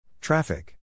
Traffic